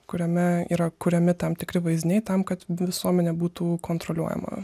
kuriame yra kuriami tam tikri vaizdiniai tam kad visuomenė būtų kontroliuojama